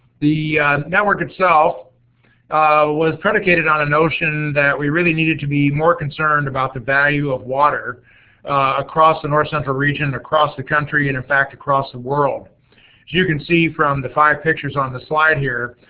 the network itself was predicated on a notion that we really needed to be more concerned about the value of water across the north central region, across the country, and in fact across the world. as you can see from the five pictures on the slide here,